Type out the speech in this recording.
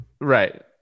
right